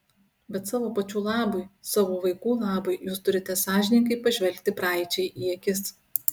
bet savo pačių labui savo vaikų labui jūs turite sąžiningai pažvelgti praeičiai į akis